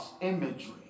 imagery